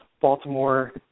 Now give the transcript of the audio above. Baltimore